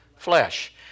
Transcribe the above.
flesh